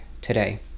today